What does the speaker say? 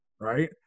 right